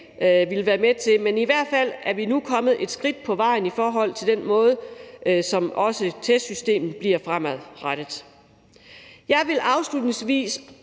villet være med til, men nu er vi i hvert fald kommet et skridt på vejen i forhold til den måde, som testsystemet bliver på fremadrettet. Jeg vil afslutningsvis